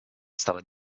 stava